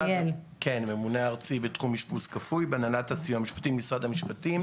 אני הממונה הארצי בתחום אשפוז כפוי בהנהלת הסיוע המשפטי במשרד המשפטים.